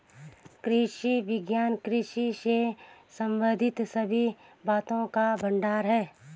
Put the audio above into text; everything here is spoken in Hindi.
कृषि विज्ञान कृषि से संबंधित सभी बातों का भंडार है